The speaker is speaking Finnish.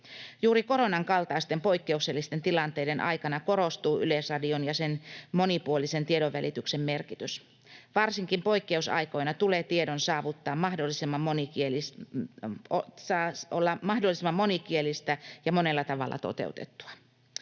Juuri koronan kaltaisten poikkeuksellisten tilanteiden aikana korostuu Yleisradion ja sen monipuolisen tiedonvälityksen merkitys. Varsinkin poikkeusaikoina tulee tiedon olla mahdollisimman monikielistä ja monella tavalla toteutettua.